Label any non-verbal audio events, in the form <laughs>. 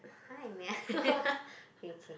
hi may i <laughs> k k